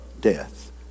death